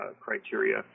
criteria